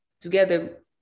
together